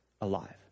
alive